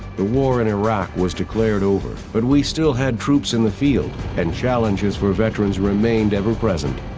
the war in iraq was declared over, but we still had troops in the field, and challenges for veterans remained ever present.